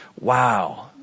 wow